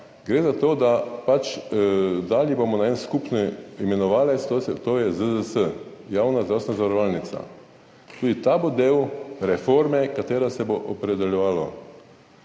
gre za to, da bomo dali na en skupni imenovalec, to je ZZZS, javna zdravstvena zavarovalnica. Tudi ta bo del reforme, ki se jo bo opredeljevalo.